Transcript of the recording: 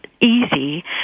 easy